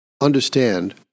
understand